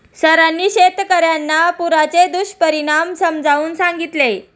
सरांनी शेतकर्यांना पुराचे दुष्परिणाम समजावून सांगितले